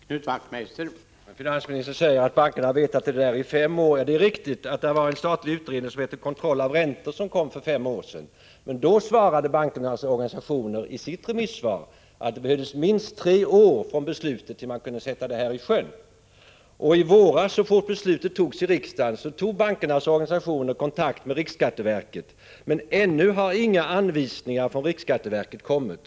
Herr talman! Finansministern säger att bankerna har känt till denna fråga i fem år. Det är riktigt att ett utredningsbetänkande med titeln Kontroll av räntor framlades för fem år sedan, men då uttalade bankernas organisationer i sitt remissvar att det behövs minst tre år från ett beslut och fram till dess att ett system kunde sättas i sjön. Så snart riksdagen hade fattat sitt beslut i våras tog bankernas organisationer kontakt med riksskatteverket, men ännu har inga anvisningar från riksskatteverket utfärdats.